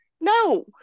No